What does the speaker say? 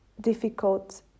difficult